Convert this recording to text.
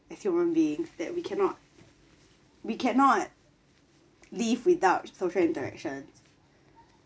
as human being that we cannot we cannot live without social interaction